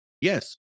yes